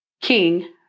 king